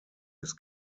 his